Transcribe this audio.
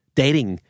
dating